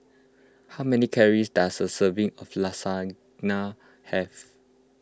how many calories does a serving of Lasagna have